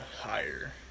higher